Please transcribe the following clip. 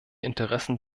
interessen